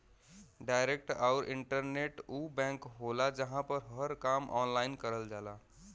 direct आउर internet उ bank होला जहां पर हर काम ऑनलाइन करल जाला